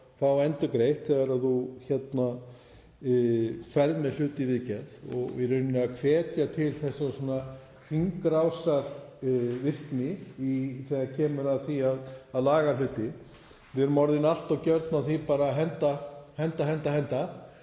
að fá endurgreitt þegar þú ferð með hluti í viðgerð til þess í rauninni að hvetja til svona hringrásarvirkni þegar kemur að því að laga hluti. Við erum orðin allt of gjörn á að bara henda, henda og henda.